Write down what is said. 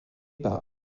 par